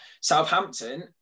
Southampton